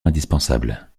indispensables